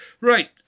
Right